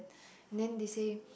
and then they say